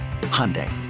Hyundai